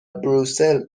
بروسل